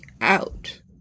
out